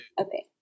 Okay